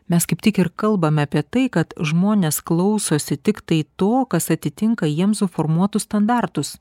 mes kaip tik ir kalbame apie tai kad žmonės klausosi tiktai to kas atitinka jiem suformuotus standartus